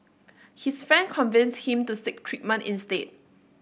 his friends convinced him to seek treatment instead